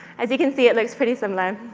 as you can see, it looks pretty similar.